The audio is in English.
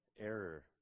error